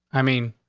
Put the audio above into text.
i mean,